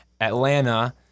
Atlanta